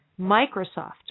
Microsoft